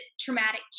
traumatic